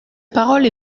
parole